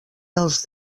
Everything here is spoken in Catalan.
dels